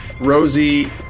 Rosie